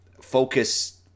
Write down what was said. focus